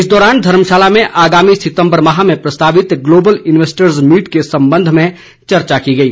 इस दौरान धर्मशाला में आगामी सितम्बर माह में प्रस्तावित ग्लोबल इन्वेस्टर्ज मीट के संबंध में चर्चा की गई